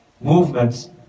movements